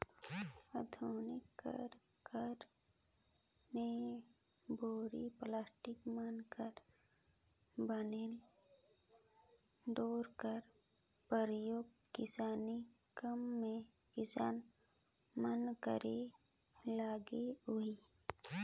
आधुनिकता कर कारन बोरी, पलास्टिक मन कर बनल डोरा कर परियोग किसानी काम मे किसान मन करे लगिन अहे